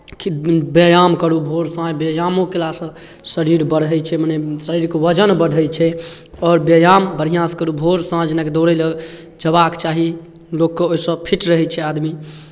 व्यायाम करू भोर साँझ व्यायामो कयलासँ शरीर बढ़ै छै मने शरीरके वजन बढ़ै छै आओर व्यायाम बढ़िआँसँ करू भोर साँझ जेनाकि दौड़य लेल जेबाक चाही लोककेँ ओहिसँ फिट रहै छै आदमी